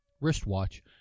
wristwatch